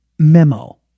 memo